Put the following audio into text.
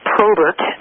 Probert